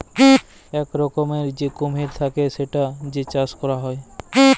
ইক রকমের যে কুমির থাক্যে সেটার যে চাষ ক্যরা হ্যয়